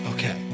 Okay